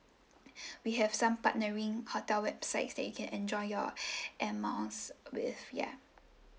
we have some partnering hotel websites that you can enjoy your air miles with ya